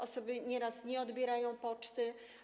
Osoby nieraz nie odbierają poczty.